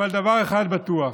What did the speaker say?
אבל דבר אחד בטוח: